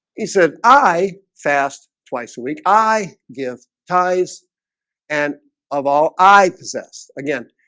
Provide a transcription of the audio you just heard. he said i fast twice a week i give tithes and of all i possess again.